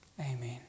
Amen